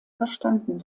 verstanden